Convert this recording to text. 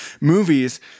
movies